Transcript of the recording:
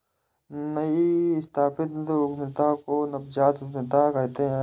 नई स्थापित उद्यमिता को नवजात उद्दमिता कहते हैं